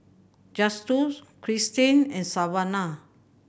Justus Kristin and Savana